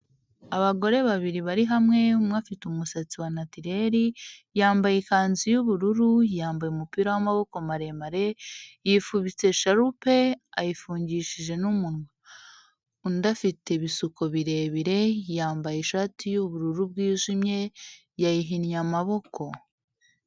Abagore babiri bari hamwe, umwe afite umusatsi wa natireri, yambaye ikanzu y'ubururu, yambaye umupira w'amaboko maremare, yifubitse sharupe, ayifungishije n'umunwa, undi afite ibisuko birebire, yambaye ishati y'ubururu bwijimye yayihinnye amaboko.